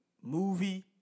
movie